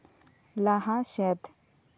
ᱞᱟᱦᱟ ᱥᱮᱫ